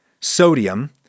Sodium